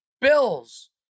Bills